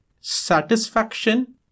Satisfaction